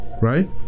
right